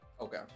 Okay